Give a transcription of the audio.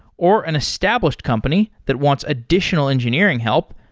or an established company that wants additional engineering help,